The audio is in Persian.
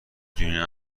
دونین